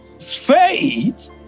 faith